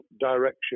direction